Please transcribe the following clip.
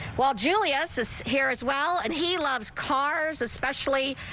while julius us here as well and he loves cars, especially.